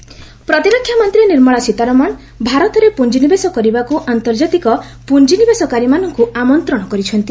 ସୀତାରମଣ ଏରୋ ପ୍ରତିରକ୍ଷା ମନ୍ତ୍ରୀ ନିର୍ମଳା ସୀତାରମଣ ଭାରତରେ ପୁଞ୍ଜିନିବେଶ କରିବାକୁ ଆନ୍ତର୍ଜାତିକ ପୁଞ୍ଜିନିବେଶକାରୀମାନଙ୍କୁ ଆମନ୍ତ୍ରଣ କରିଛନ୍ତି